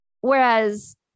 Whereas